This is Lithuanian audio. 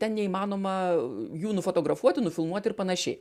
ten neįmanoma jų nufotografuoti nufilmuoti ir panašiai